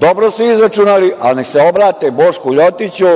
dobro su izračunali, ali neka se obrate Bošku LJotiću